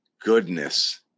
goodness